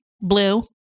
Blue